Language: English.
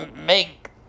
make